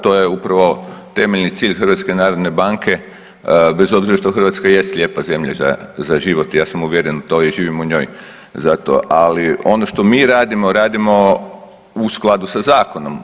To je upravo temeljni cilj HNB-a bez obzira što Hrvatska jest lijepa zemlja za život i ja sam uvjeren u to i živim u njoj zato, ali ono što mi radimo, radimo u skladu sa zakonom.